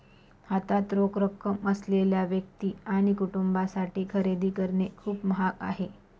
हातात रोख रक्कम असलेल्या व्यक्ती आणि कुटुंबांसाठी खरेदी करणे खूप महाग आहे